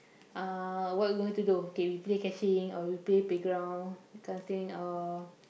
uh what we going to do okay we play catching or we play playground that kind of thing or